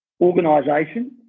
organisation